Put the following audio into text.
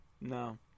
No